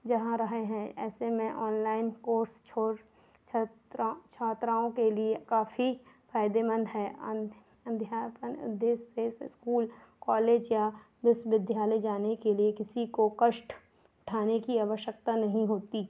जहाँ रहे हैं ऐसे में ऑनलाइन कोर्स छोड़ छत्राओं छात्राओं के लिए काफ़ी फ़ायदेमंद है अंध अध्यापन उद्देश्य से से इस्कूल कॉलेज या विश्वविद्यालय जाने के लिए किसी को कष्ट उठाने की आवश्यकता नहीं होती